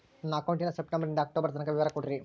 ನನ್ನ ಅಕೌಂಟಿನ ಸೆಪ್ಟೆಂಬರನಿಂದ ಅಕ್ಟೋಬರ್ ತನಕ ವಿವರ ಕೊಡ್ರಿ?